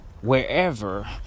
wherever